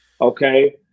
Okay